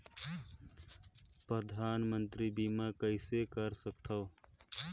परधानमंतरी बीमा कइसे कर सकथव?